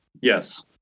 yes